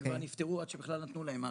שנפטרו עד שכבר נתנו להם משהו,